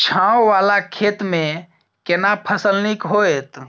छै ॉंव वाला खेत में केना फसल नीक होयत?